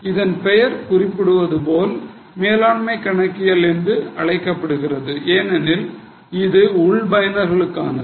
இதன் பெயர் குறிப்பிடுவதுபோல மேலாண்மை கணக்கியல் என்று இருப்பதால் இது உள் பயனர்களுக்கானது